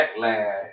backlash